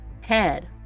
head